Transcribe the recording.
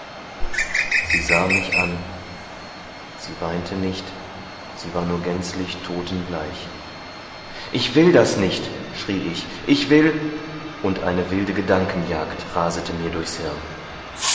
sie sah mich an sie weinte nicht sie war nur gänzlich todtenbleich ich will das nicht schrie ich ich will und eine wilde gedankenjagd rasete mir durchs hirn